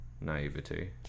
naivety